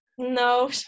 No